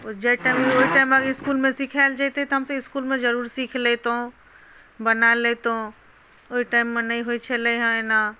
जाहि टाइममे ओहि टाइममे अगर इसकुलमे सिखायल जेतै तऽ हमसभ इसकुलमे जरूर सीख लैतहुँ बना लेतहुँ ओहि टाइममे नहि होइत छलै हँ एना